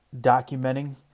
documenting